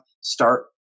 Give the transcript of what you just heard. Start